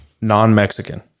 non-Mexican